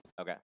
okay